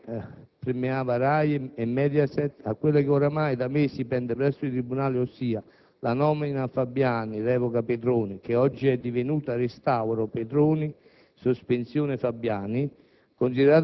permeava RAI e Mediaset, a quella che oramai da mesi pende presso i tribunali, ossia la «nomina Fabiani-revoca Petroni», che oggi è divenuta «restauro Petroni-sospensione Fabiani»;